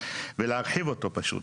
ולהרחיב אותו פשוט.